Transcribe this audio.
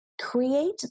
create